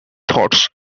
thought